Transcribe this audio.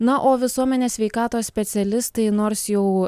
na o visuomenės sveikatos specialistai nors jau